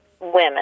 women